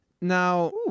Now